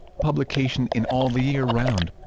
publication in all the year round